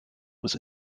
was